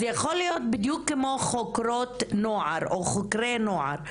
אז זה יכול להיות בדיוק כמו חוקרות נוער או חוקרי נוער,